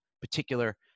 particular